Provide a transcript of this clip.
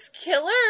Killer